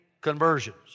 conversions